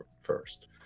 first